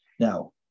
Now